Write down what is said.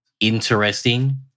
interesting